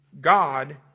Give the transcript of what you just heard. God